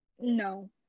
no